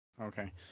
okay